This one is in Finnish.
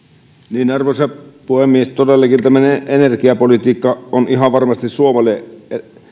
arvoisa puhemies todellakin tämmöinen energiapolitiikka on ihan varmasti suomelle